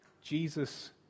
Jesus